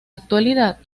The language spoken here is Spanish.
actualidad